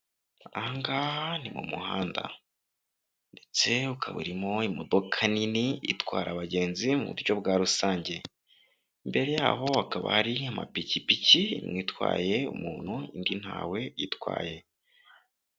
Aha ngaha ni mu muhanda ndetse ukaba urimo imodoka nini itwara abagenzi mu buryo bwa rusange, imbere y'aho hakaba hari amapikipiki imwe itwaye umuntu indi ntawe itwaye.